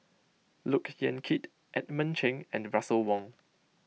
Look Yan Kit Edmund Cheng and Russel Wong